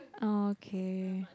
okay